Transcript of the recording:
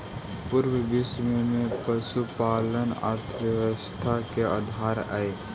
पूरा विश्व में पशुपालन अर्थव्यवस्था के आधार हई